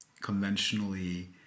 conventionally